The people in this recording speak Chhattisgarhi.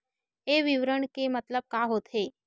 ये विवरण के मतलब का होथे?